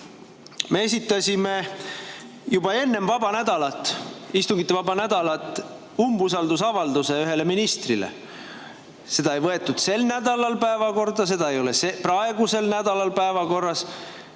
Me esitasime juba enne istungitevaba nädalat umbusaldusavalduse ühele ministrile. Seda ei võetud tol nädalal päevakorda, seda ei ole ka praeguse nädala päevakorras.